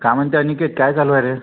काय म्हणते अनिकेत काय चालू आहे रे